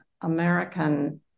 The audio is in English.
American